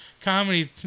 comedy